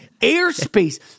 airspace